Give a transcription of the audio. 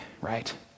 right